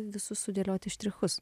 visus sudėlioti štrichus